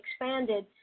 expanded